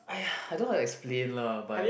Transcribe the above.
!aiya! I don't how to explain lah but